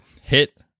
hit